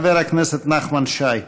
חבר הכנסת נחמן שי.